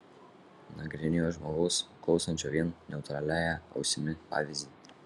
nagrinėjo žmogaus klausančio vien neutraliąja ausimi pavyzdį